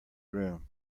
room